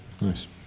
nice